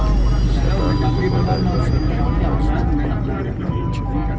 सतालू के पौधा दू सं तीन वर्ष मे फल देबय लागै छै